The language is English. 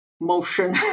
motion